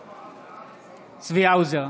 נגד צבי האוזר,